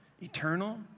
eternal